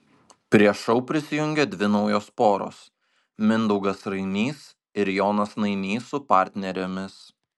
prie šou prisijungė dvi naujos poros mindaugas rainys ir jonas nainys su partnerėmis